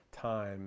time